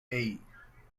hey